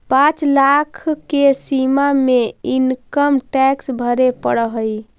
पाँच लाख के सीमा में इनकम टैक्स भरे पड़ऽ हई